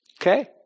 Okay